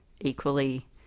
equally